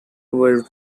were